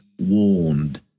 warned